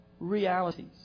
realities